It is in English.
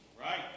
Right